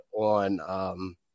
on